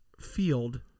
field